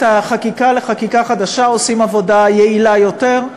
החקיקה לחקיקה חדשה עושים עבודה יעילה יותר,